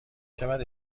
شود